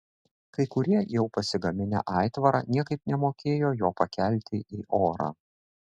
kai kurie jau pasigaminę aitvarą niekaip nemokėjo jo pakelti į orą